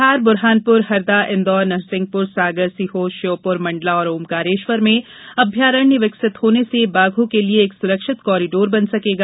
धार बुरहानपुर हरदा इंदौर नरसिंहपुर सागर सीहोर श्योपुर मण्डला और ओंकारेश्वर में अभयारण्य विकसित होने से बाघों के लिये एक सुरक्षित कॉरिडोर बन सकेगा